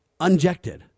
Unjected